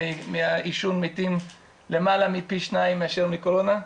מהעישון מתים למעלה מפי שניים מהמתים בקורונה.